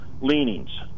leanings